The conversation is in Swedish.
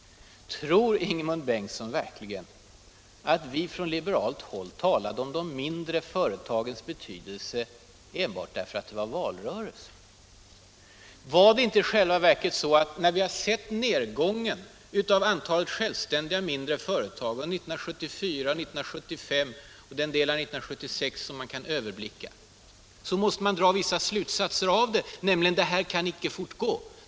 Tror Ingemund Bengtsson verkligen att vi på liberalt håll talade om de mindre företagens betydelse enbart därför att det var en valrörelse? När vi sett nedgången av antalet självständiga mindre företag år 1974, 1975 och under den delen av år 1976 som vi kan överblicka, måste vi ju dra slutsatsen att detta icke kan få fortgå.